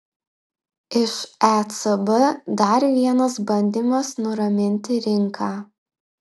iš ecb dar vienas bandymas nuraminti rinką